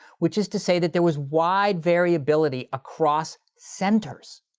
which is to say that there was wide variability across centers,